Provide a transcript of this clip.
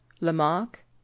Lamarck